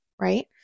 right